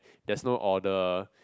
there's no order